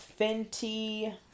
Fenty